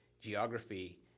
geography